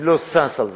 אני לא שש לזה,